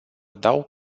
dau